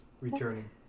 returning